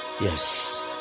yes